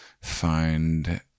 find